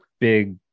big